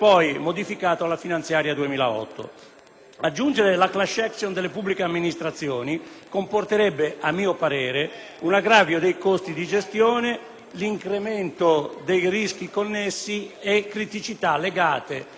Aggiungere la *class action* delle pubbliche amministrazioni comporterebbe, a mio parere, un aggravio dei costi di gestione, l'incremento dei rischi connessi e criticità legate all'incertezza del quadro di riferimento,